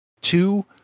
two